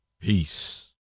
Peace